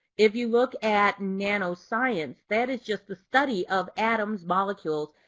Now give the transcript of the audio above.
if you look at nanoscience, that is just the study of atoms, molecules,